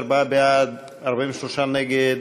34 בעד, 43 נגד.